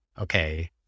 Okay